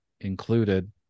included